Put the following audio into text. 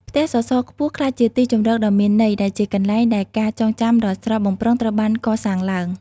ផ្ទះសសរខ្ពស់ក្លាយជាទីជម្រកដ៏មានន័យ ដែលជាកន្លែងដែលការចងចាំដ៏ស្រស់បំព្រងត្រូវបានកសាងឡើង។